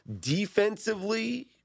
Defensively